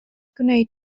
gwneud